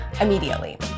immediately